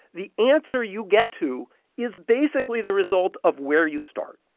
the answer you get to is, basically, the result of where you start.